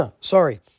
Sorry